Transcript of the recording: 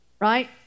Right